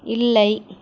இல்லை